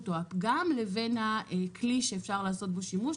או הפגם לבין הכלי שאפשר לעשות בו שימוש,